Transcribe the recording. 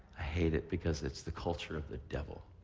i hate it because it's the culture of the devil.